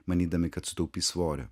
manydami kad sutaupys svorio